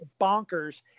bonkers